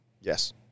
Yes